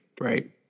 right